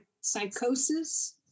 psychosis